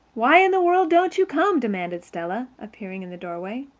why in the world don't you come? demanded stella, appearing in the doorway.